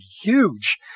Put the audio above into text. huge